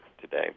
today